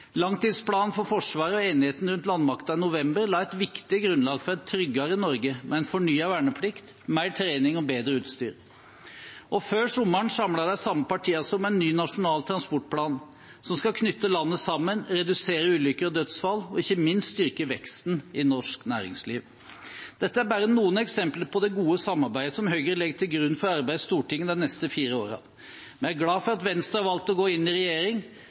Langtidsplanen for Forsvaret og enigheten rundt landmakten i november la et viktig grunnlag for et tryggere Norge, med en fornyet verneplikt, mer trening og bedre utstyr. Og før sommeren samlet de samme partiene seg om en ny nasjonal transportplan, som skal knytte landet sammen, redusere antall ulykker og dødsfall og ikke minst styrke veksten i norsk næringsliv. Dette er bare noen eksempler på det gode samarbeidet som Høyre legger til grunn for arbeidet i Stortinget de neste fire årene. Vi er glade for at Venstre har valgt å gå inn i regjering,